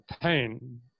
pain